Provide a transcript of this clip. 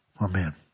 Amen